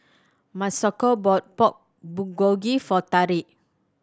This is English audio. Masako bought Pork Bulgogi for Tarik